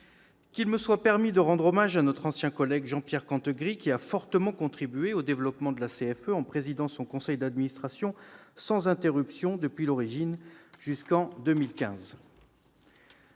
Qu'il me soit aussi permis de rendre hommage à notre ancien collègue Jean-Pierre Cantegrit, qui a fortement contribué au développement de la CFE, en présidant son conseil d'administration sans interruption depuis l'origine jusqu'en 2015.